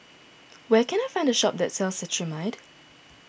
where can I find a shop that sells Cetrimide